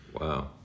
wow